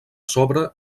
sobre